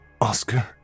Oscar